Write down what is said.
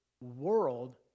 world